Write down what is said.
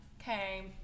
Okay